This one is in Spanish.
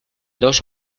dos